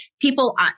people